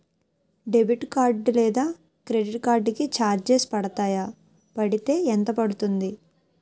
Debit card లేదా credit card కి charges పడతాయా? పడితే ఎంత పడుతుంది?